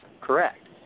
Correct